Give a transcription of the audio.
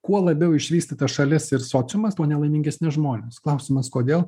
kuo labiau išvystyta šalis ir sociumas tuo nelaimingesni žmonės klausimas kodėl